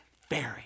fairy